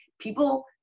People